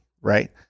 right